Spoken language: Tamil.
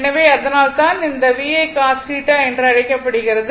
எனவே அதனால்தான் அந்த VI cos θ என்று அழைக்கப்படுகிறது